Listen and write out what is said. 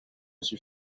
suis